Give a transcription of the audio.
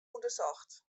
ûndersocht